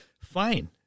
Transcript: fine